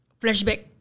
flashback